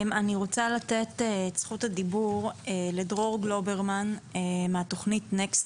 אני רוצה לתת את זכות הדיבור לדרור גלוברמן מהתכנית NEXT,